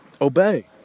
obey